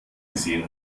gesehen